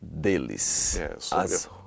deles